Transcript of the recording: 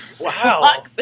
Wow